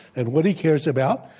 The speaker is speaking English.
and what he cares about.